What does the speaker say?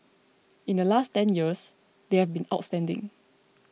in the last ten years they have been outstanding